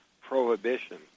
prohibition